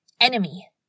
enemy